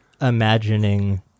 imagining